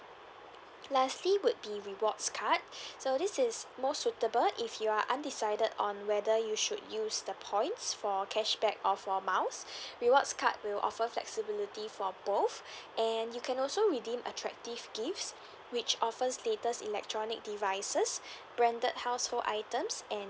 lastly would be rewards card so this is more suitable if you are undecided on whether you should use the points for cashback or for miles rewards card will offer flexibility for both and you can also redeem attractive gifts which offers latest electronic devices branded household items and